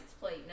plate